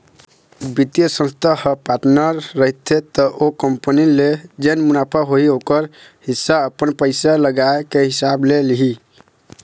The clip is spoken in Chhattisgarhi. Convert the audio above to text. बित्तीय संस्था ह पार्टनर रहिथे त ओ कंपनी ले जेन मुनाफा होही ओखर हिस्सा अपन पइसा लगाए के हिसाब ले लिही